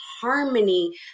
harmony